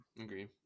agree